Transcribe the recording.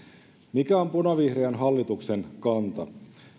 mikä on punavihreän hallituksen kanta